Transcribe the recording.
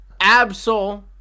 Absol